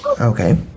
Okay